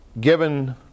given